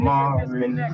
Marvin